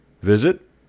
Visit